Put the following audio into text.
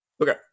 Okay